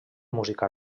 música